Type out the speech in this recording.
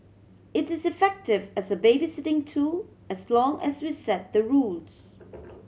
it is effective as a babysitting tool as long as we set the rules